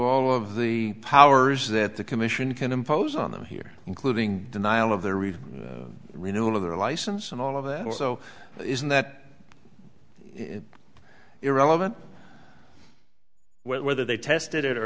all of the powers that the commission can impose on them here including denial of their real renewal of their license and all of that also isn't that irrelevant whether they tested it or